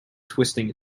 twisting